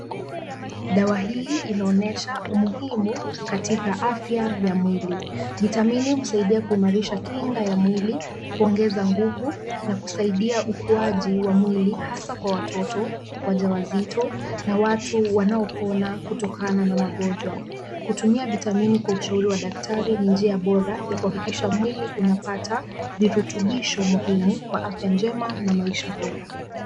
Dawa hii inaonyesha umuhimu katika afya ya mwili. Vitamini husaidia kuimarisha kinga ya mwili, kuongeza nguvu, na kusaidia ukuwaji wa mwili hasa kwa watoto, wajawazito na watu wanaopona kutokana na magonjwa kutumia vitamini kwa ushauri wa daktari ni njia bora ya kuhakikisha mwili, unapata virutubisho muhimu kwa afya njema na maisha bora.